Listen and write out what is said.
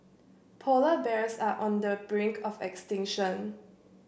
polar bears are on the brink of extinction